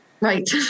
right